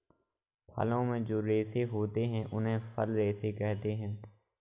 फलों में जो रेशे होते हैं उन्हें फल रेशे कहते है